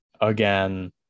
again